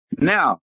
Now